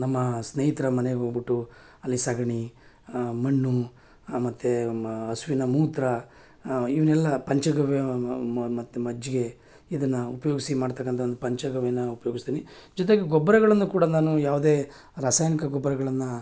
ನಮ್ಮ ಸ್ನೇಹಿತರ ಮನೆಗೆ ಹೋಗ್ಬಿಟ್ಟು ಅಲ್ಲಿ ಸಗಣಿ ಮಣ್ಣು ಮತ್ತು ಮ ಹಸುವಿನ ಮೂತ್ರ ಇವನ್ನೆಲ್ಲ ಪಂಚಗವ್ಯ ಮತ್ತು ಮಜ್ಜಿಗೆ ಇದನ್ನು ಉಪ್ಯೋಗಿಸಿ ಮಾಡ್ತಕ್ಕಂಥ ಒಂದು ಪಂಚಗವ್ಯನ ಉಪಯೋಗಿಸ್ತೀನಿ ಜೊತೆಗೆ ಗೊಬ್ಬರಗಳನ್ನು ಕೂಡ ನಾನು ಯಾವುದೇ ರಾಸಾಯನಿಕ ಗೊಬ್ಬರಗಳನ್ನು